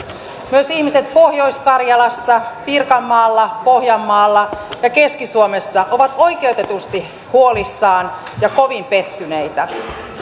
myös ihmiset pohjois karjalassa pirkanmaalla pohjanmaalla ja keski suomessa ovat oikeutetusti huolissaan ja kovin pettyneitä